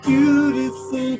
Beautiful